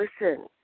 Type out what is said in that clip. listen